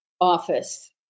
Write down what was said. office